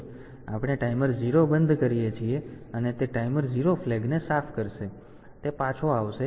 તેથી આપણે ટાઈમર 0 બંધ કરીએ છીએ અને તે ટાઈમર 0 ફ્લેગને સાફ કરશે અને તે પાછો આવશે